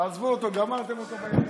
עזבו אותו, גמרתם אותו,